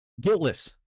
guiltless